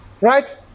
right